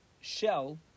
shell